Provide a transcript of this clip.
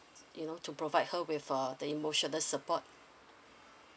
you know to provide her with uh the emotional support